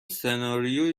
سناریویی